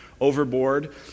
overboard